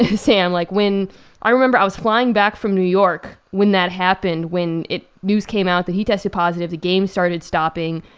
and sam like, when i remember i was flying back from new york when that happened, when it news came out that he tested positive. the game started stopping.